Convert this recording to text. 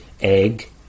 egg